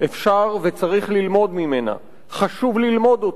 אפשר וצריך ללמוד ממנה, חשוב ללמוד אותה,